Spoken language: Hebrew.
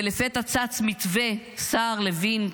ולפתע צץ מתווה סער-לוין,